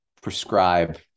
prescribe